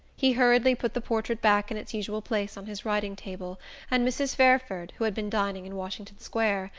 he hurriedly put the portrait back in its usual place on his writing-table, and mrs. fairford, who had been dining in washington square,